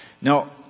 Now